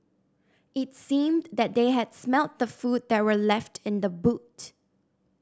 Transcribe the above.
it seemed that they had smelt the food that were left in the boot